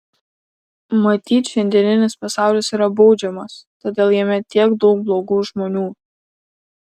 matyt šiandieninis pasaulis yra baudžiamas todėl jame tiek daug blogų žmonių